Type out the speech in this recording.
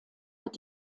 wird